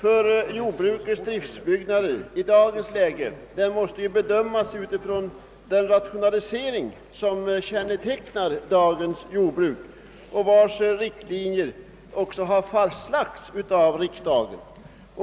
för jordbrukets driftbyggnader i dagens läge måste bedömas utifrån den rationalisering som kännetecknar dagens jordbruk och vars riktlinjer fastlagts av riksdagen.